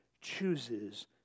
chooses